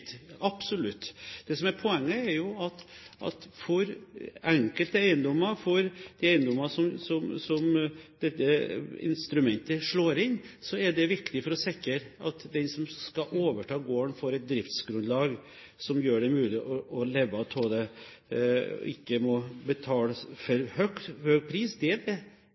Det som er poenget, er at for enkelte eiendommer der dette instrumentet slår inn, er det viktig for å sikre at den som skal overta gården, får et driftsgrunnlag som det er mulig å leve av. Det ikke å måtte betale for høy pris, er den ideologiske inngangen for prisreguleringen – at en har en samfunnsmessig gagnlig pris, som næringen, og samfunnet, er